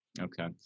Okay